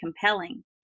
compelling